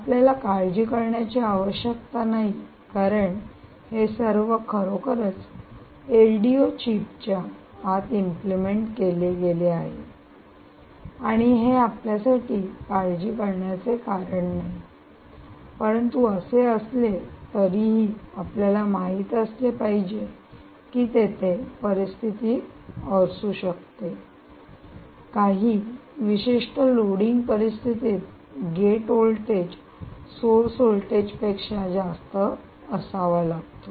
आपल्याला काळजी करण्याची आवश्यकता नाही कारण हे सर्व खरोखरच एलडीओ चिपच्या आत इम्प्लिमेंट केले गेले आहे आणि हे आपल्यासाठी काळजी करण्याचे कारण नाही परंतु असे असले तरीही आपल्याला माहित असले पाहिजे की तेथे परिस्थिती असू शकते जेथे काही विशिष्ट लोडिंग परिस्थितीत गेट व्होल्टेज सोर्स व्होल्टेज पेक्षा जास्त असावा लागतो